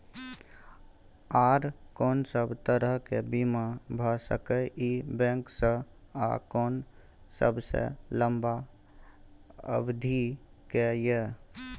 आर कोन सब तरह के बीमा भ सके इ बैंक स आ कोन सबसे लंबा अवधि के ये?